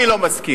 אני לא מסכים.